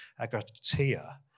agatia